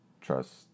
trust